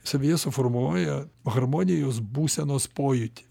savyje suformuoja harmonijos būsenos pojūtį